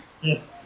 Yes